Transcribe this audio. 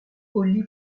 olli